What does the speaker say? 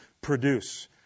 produce